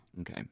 Okay